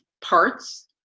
parts